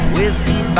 Whiskey